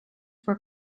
were